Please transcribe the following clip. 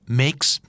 makes